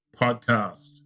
podcast